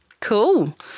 Cool